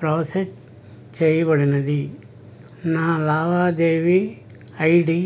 process చేయబడినది నా లావాదేవి ఐడీ